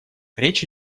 речь